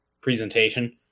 presentation